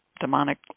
demonic